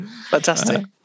fantastic